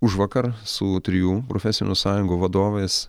užvakar su trijų profesinių sąjungų vadovais